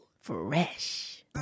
fresh